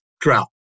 drought